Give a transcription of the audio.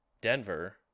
Denver